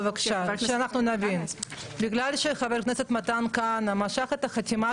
בגלל שחבר הכנסת מתן כהנא משך את החתימה